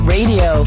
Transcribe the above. Radio